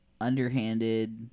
underhanded